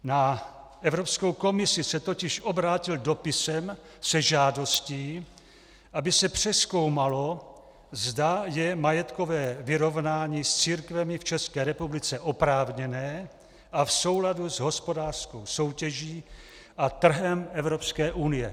Na Evropskou komisi se totiž obrátil dopisem se žádostí, aby se přezkoumalo, zda je majetkové vyrovnání s církvemi v České republice oprávněné a v souladu s hospodářskou soutěží a trhem Evropské unie.